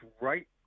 right